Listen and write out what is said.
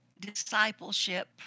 discipleship